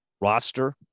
roster